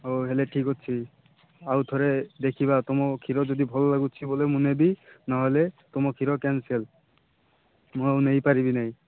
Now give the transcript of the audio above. ହଉ ହେଲେ ଠିକ୍ ଅଛି ଆଉ ଥରେ ଦେଖିବା ତମ କ୍ଷୀର ଯଦି ଭଲ ଲାଗୁଛି ବୋଲେ ମୁଁ ନେବି ନ ହେଲେ ତୁମ କ୍ଷୀର କ୍ୟାନସେଲ୍ ମୁଁ ଆଉ ନେଇପାରିବି ନାଇଁ